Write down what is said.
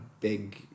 big